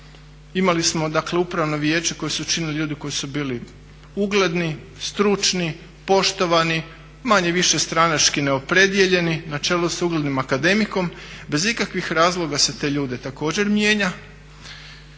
Imali smo dakle Upravno vijeće koje su činili ljudi koji su bili ugledni, stručni, poštovani, manje-više stranački neopredijeljeni na čelu sa uglednim akademikom bez ikakvih razloga se te ljude također mijenja.